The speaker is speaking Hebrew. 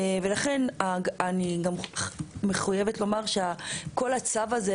לכן אני גם מחויבת לומר שהצו הזה,